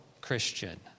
Christian